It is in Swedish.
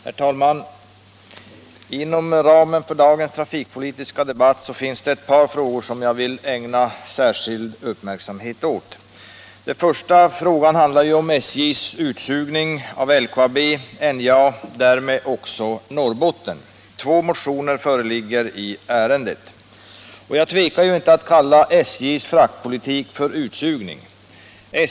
Herr talman! Inom ramen för dagens trafikpolitiska debatt finns det ett par frågor som jag vill ägna särskild uppmärksamhet åt. Den första frågan handlar om SJ:s utsugning av LKAB, NJA och därmed också Norrbotten. Två motioner föreligger i ärendet. Jag tvekar inte att kalla SJ:s fraktpolitik för utsugning.